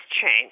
change